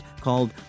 called